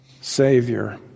Savior